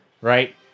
right